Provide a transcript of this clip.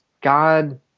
God